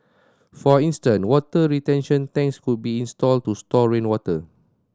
for instant water retention tanks could be installed to store rainwater